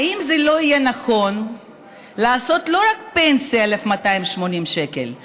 האם זה לא יהיה נכון לעשות לא רק פנסיה של 1,280 שקלים,